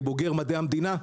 כבוגר מדעי המדינה,